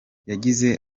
yagize